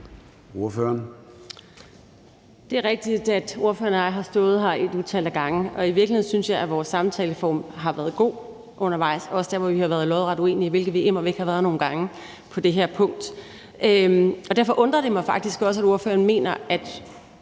Det er rigtigt, at ordføreren og jeg har stået her et utal af gange. I virkeligheden synes jeg, at vores samtaleform har været god undervejs, også der, hvor vi har været lodret uenige, hvilket vi immer væk har været nogle gange på det her punkt. Derfor undrer det mig faktisk også, at ordføreren oprigtigt